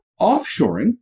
Offshoring